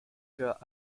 sure